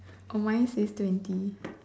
oh mine says twenty